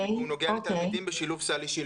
הוא נוגע לתלמידים בשילוב סל אישי.